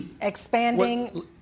expanding